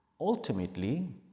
ultimately